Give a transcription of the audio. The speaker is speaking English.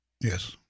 Yes